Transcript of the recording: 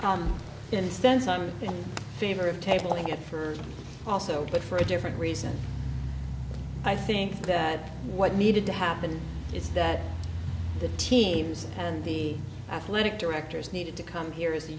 instance i'm in favor of table to get through also but for a different reason i think that what needed to happen is that the teams and the athletic directors needed to come here is the